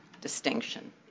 distinction